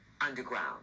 underground